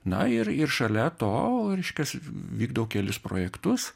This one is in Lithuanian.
na ir ir šalia to reiškias vykdau kelis projektus